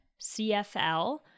cfl